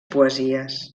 poesies